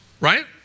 right